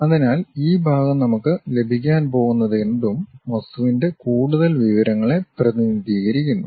അതിനാൽ ഈ ഭാഗം നമുക്ക് ലഭിക്കാൻ പോകുന്നതെന്തും വസ്തുവിന്റെ കൂടുതൽ വിവരങ്ങളെ പ്രതിനിധീകരിക്കുന്നു